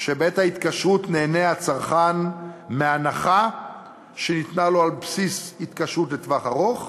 שבעת ההתקשרות נהנה הצרכן מהנחה שניתנה לו על בסיס התקשרות לטווח ארוך,